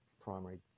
primary